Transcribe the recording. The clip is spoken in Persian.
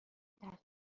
طبقه